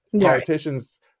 politicians